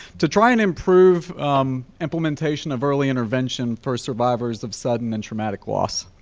to try and improve implementation of early intervention for survivors of sudden and traumatic loss.